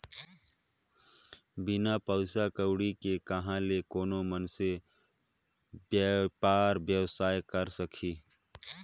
बिन पइसा कउड़ी के कहां ले कोनो मइनसे बयपार बेवसाय करे सकही